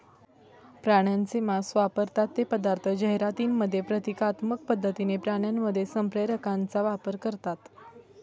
प्राण्यांचे मांस वापरतात ते पदार्थ जाहिरातींमध्ये प्रतिकात्मक पद्धतीने प्राण्यांमध्ये संप्रेरकांचा वापर करतात